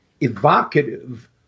evocative